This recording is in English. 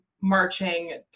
marching